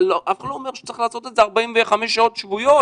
אף אחד לא אומר שצריך לעשות את זה 45 שעות שבועיות,